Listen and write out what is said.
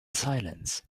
silence